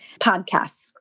podcasts